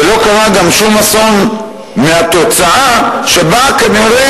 ולא קרה גם שום אסון מהתוצאה שבה כנראה